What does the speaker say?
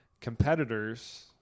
competitors